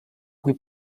cui